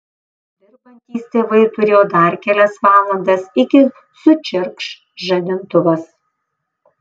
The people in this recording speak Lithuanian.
dirbantys tėvai turėjo dar kelias valandas iki sučirkš žadintuvas